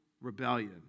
rebellion